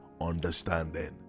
understanding